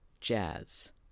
jazz